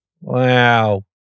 Wow